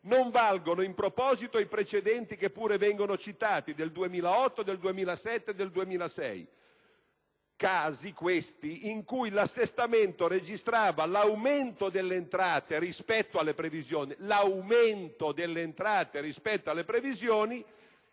Non valgono in proposito i precedenti che pure vengono citati del 2008, del 2007 e del 2006; casi questi in cui l'assestamento registrava l'aumento delle entrate rispetto alle previsioni